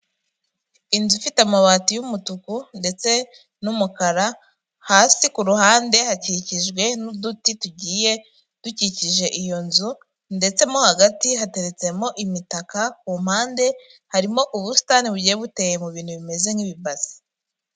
Inzu ifite amabati y'umutuku ndetse n'umukara, hasi ku ruhande hakikijwe n'uduti tugiye dukikije iyo nzu ndetse mo hagati hateretsemo imitaka, ku mpande harimo ubusitani bugiye buteye mu bintu bimeze nk'ibibase.